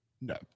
No